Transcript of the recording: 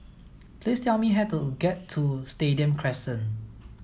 please tell me how to get to Stadium Crescent